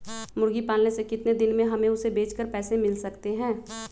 मुर्गी पालने से कितने दिन में हमें उसे बेचकर पैसे मिल सकते हैं?